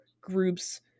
groups